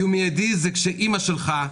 איום מיידי זה כאשר אימא שלך,